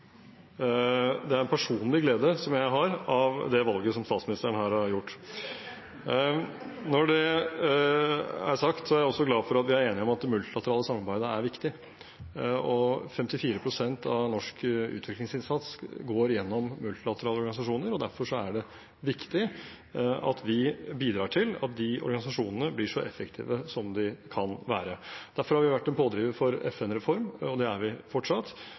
Det er en personlig glede som jeg har av det valget som statsministeren her har gjort. Når det er sagt, er jeg også glad for at vi er enige om at det multilaterale samarbeidet er viktig. 54 pst. av norsk utviklingsinnsats går gjennom multilaterale organisasjoner, og derfor er det viktig at vi bidrar til at de organisasjonene blir så effektive som de kan være. Derfor har vi vært en pådriver for en FN-reform, og det er vi fortsatt.